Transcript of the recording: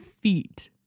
feet